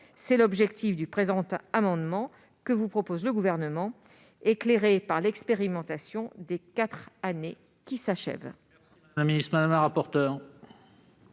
est l'objectif du présent amendement que vous propose le Gouvernement, éclairé par l'expérimentation des quatre années qui s'achèvent.